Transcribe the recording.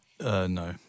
No